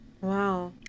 Wow